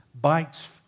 bikes